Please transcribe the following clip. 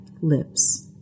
lips